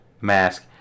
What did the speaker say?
mask